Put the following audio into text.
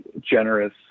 generous